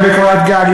לגבי קורת גג,